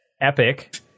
Epic